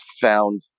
found